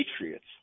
Patriots